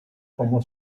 como